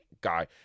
guy